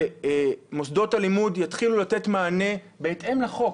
שמוסדות הלימוד יתחילו לתת מענה בהתאם לחוק,